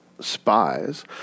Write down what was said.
spies